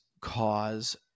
cause